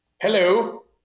Hello